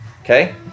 Okay